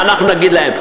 מה נגיד להם?